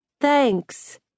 Thanks